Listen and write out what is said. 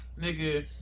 Nigga